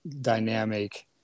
dynamic